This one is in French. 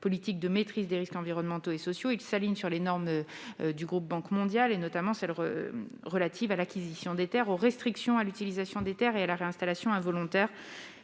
politique de maîtrise des risques environnementaux et sociaux. Ils s'alignent sur les normes du groupe de la Banque mondiale, notamment celles qui sont relatives à l'acquisition des terres, aux restrictions à l'utilisation des terres, à la réinstallation involontaire